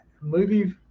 movie